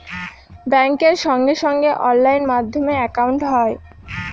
ব্যাঙ্কের সঙ্গে সঙ্গে অনলাইন মাধ্যমে একাউন্ট হয়